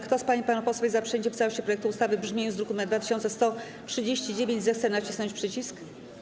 Kto z pań i panów posłów jest za przyjęciem w całości projektu ustawy w brzmieniu z druku nr 2139, zechce nacisnąć przycisk.